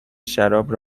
شراب